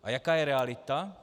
A jaká je realita?